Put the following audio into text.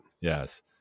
Yes